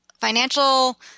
Financial